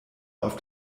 auf